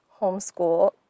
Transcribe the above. homeschool